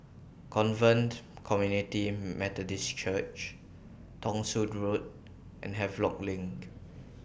Covenant Community Methodist Church Thong Soon Road and Havelock LINK